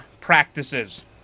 practices